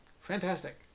fantastic